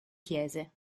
chiese